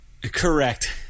Correct